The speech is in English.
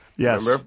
Yes